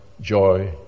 joy